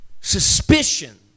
suspicion